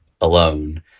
alone